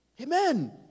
Amen